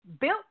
Built